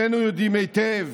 שנינו יודעים היטב